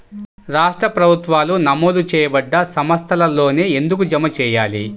రాష్ట్ర ప్రభుత్వాలు నమోదు చేయబడ్డ సంస్థలలోనే ఎందుకు జమ చెయ్యాలి?